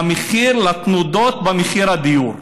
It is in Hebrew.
לתנודות במחיר הדיור.